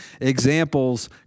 examples